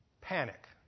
Panic